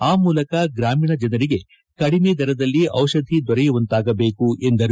ಆ ಮೂಲಕ ಗ್ರಾಮೀಣ ಜನರಿಗೆ ಕಡಿಮೆ ದರದಲ್ಲಿ ಔಷಧಿ ದೊರೆಯುವಂತಾಗ ಬೇಕು ಎಂದರು